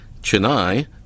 Chennai